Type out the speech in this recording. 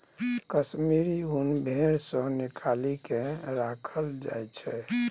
कश्मीरी ऊन भेड़ सँ निकालि केँ राखल जाइ छै